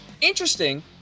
interesting